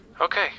Okay